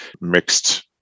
mixed